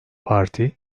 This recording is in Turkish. parti